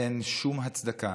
אין שום הצדקה